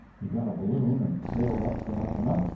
he got a balloon and sailed up and up and up,